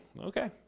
Okay